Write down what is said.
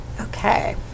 Okay